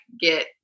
get